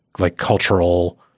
like cultural